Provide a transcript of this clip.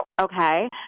okay